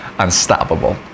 unstoppable